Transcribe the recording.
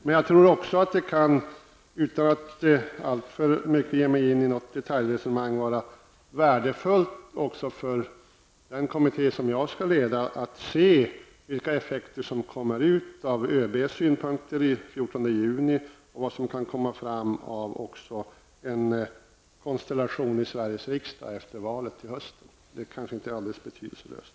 Men jag tror också, utan att alltför mycket ge mig in i något detaljresonemang, att det kan vara värdefullt, även för den kommitté som jag skall leda, att se vilka effekter som kommer ut av ÖBs synpunkter den 14 juni och vad som kan komma fram av en konstellation i Sveriges riksdag efter valet i höst. Det är kanske inte alldeles betydelselöst.